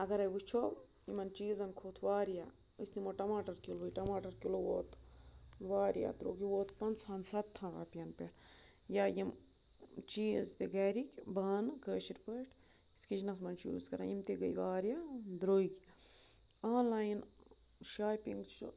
اَگرَے وٕچھو یِمَن چیٖزَن کھوٚت واریاہ أسۍ نِمو ٹَماٹَر کِلوٕے ٹَماٹر کِلوٗ ووت واریاہ درٛوٚگ یہِ ووت پَنٛژہن سَتھن رۄپیَن پٮ۪ٹھ یا یِم چیٖز تہِ گَرِکۍ بانہٕ کٲشِرۍ پٲٹھۍ أسۍ کِچنَس مَنٛز چھِ یوٗز کَران یِم تہِ گٔے واریاہ درٛوٚگۍ آن لایِن شاپِنٛگ چھُ